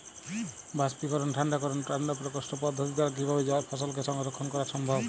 বাষ্পীকরন ঠান্ডা করণ ঠান্ডা প্রকোষ্ঠ পদ্ধতির দ্বারা কিভাবে ফসলকে সংরক্ষণ করা সম্ভব?